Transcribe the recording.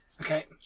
Okay